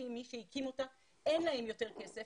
עם מי שהקים אותה אין להם יותר כסף.